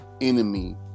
enemy